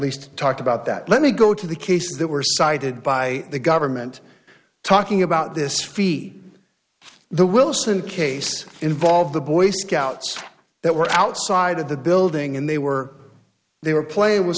least talked about that let me go to the cases that were cited by the government talking about this fee the wilson case involved the boy scouts that were outside of the building and they were they were playing w